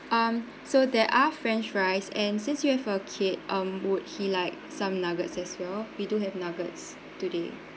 um so there are french fries and since you have a kid um would he like some nuggets as well we do have nuggets today